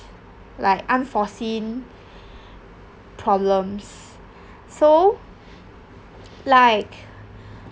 like unforeseen problems so like